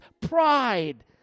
pride